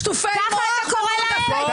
שטופי מוח --- ככה אתה קורא להם?